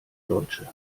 deutsche